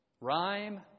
rhyme